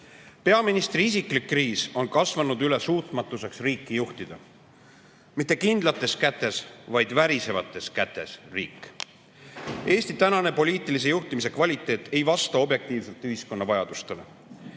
Peaministri isiklik kriis on kasvanud üle suutmatuseks riiki juhtida. Mitte kindlates kätes, vaid värisevates kätes riik. Eesti tänane poliitilise juhtimise kvaliteet ei vasta objektiivselt ühiskonna vajadustele.